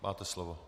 Máte slovo.